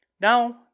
Now